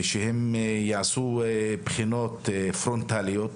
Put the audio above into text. ושהם יעשו בחינות פרונטליות,